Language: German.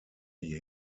die